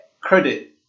credit